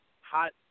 Hot